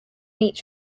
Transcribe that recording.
each